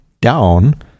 down